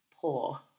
poor